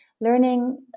learning